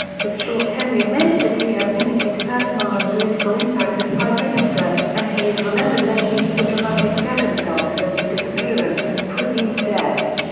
his short tenure meant that he had limited personal and political impact as prime minister, and he is remembered mainly for the dramatic circumstances of his disappearance and presumed death.